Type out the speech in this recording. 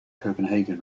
copenhagen